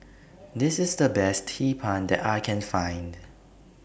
This IS The Best Hee Pan that I Can Find